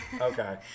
Okay